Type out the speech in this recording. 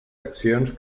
accions